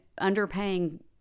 underpaying